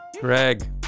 Greg